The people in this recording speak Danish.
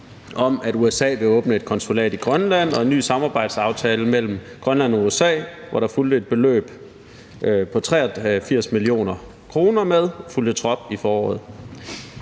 om, at USA ville åbne et konsulat i Grønland, og en ny samarbejdsaftale mellem Grønland og USA, hvor der fulgte et beløb på 83 mio. kr. med, fulgte trop i foråret.